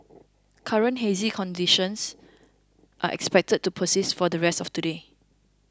current hazy conditions are expected to persist for the rest of today